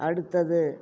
அடுத்தது